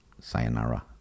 sayonara